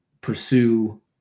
pursue